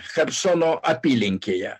chersono apylinkėje